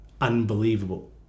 unbelievable